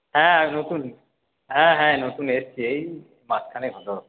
হ্যাঁ নতুন হ্যাঁ হ্যাঁ নতুন এসেছি এই মাসখানেক হল